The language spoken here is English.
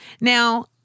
Now